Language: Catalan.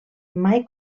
mai